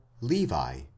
levi